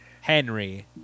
Henry